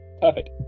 perfect